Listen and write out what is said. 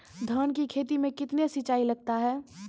धान की खेती मे कितने सिंचाई लगता है?